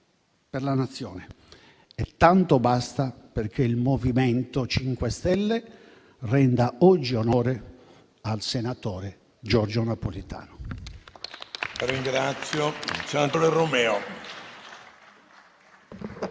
per la Nazione e tanto basta perché il MoVimento 5 Stelle renda oggi onore al senatore Giorgio Napolitano.